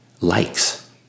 likes